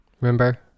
remember